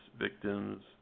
victims